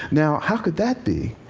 now how could that be?